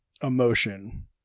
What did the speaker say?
emotion